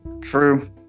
True